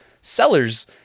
sellers